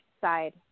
side